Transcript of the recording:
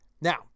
Now